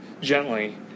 gently